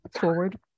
forward